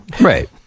right